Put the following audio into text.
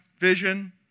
vision